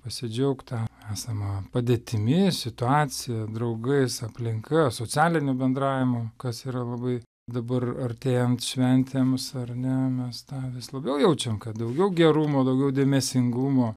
pasidžiaugt ta esama padėtimi situacija draugais aplinka socialiniu bendravimu kas yra labai dabar artėjant šventėms ar ne mes tą vis labiau jaučiam kad daugiau gerumo daugiau dėmesingumo